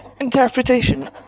interpretation